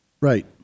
Right